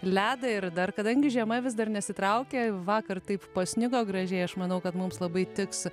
ledą ir dar kadangi žiema vis dar nesitraukia vakar taip pasnigo gražiai aš manau kad mums labai tiks